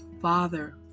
Father